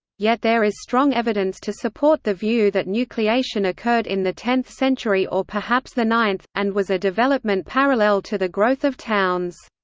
yet there is strong evidence to support the view that nucleation occurred in the tenth century or perhaps the ninth, and was a development parallel to the growth of towns.